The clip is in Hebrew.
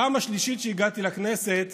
הפעם השלישית שהגעתי לכנסת